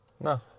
No